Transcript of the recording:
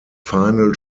final